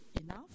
enough